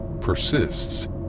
persists